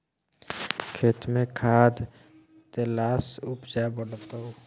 खेतमे खाद देलासँ उपजा बढ़तौ